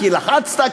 כי לחצת,